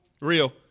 Real